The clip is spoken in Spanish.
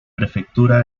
prefectura